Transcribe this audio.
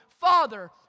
Father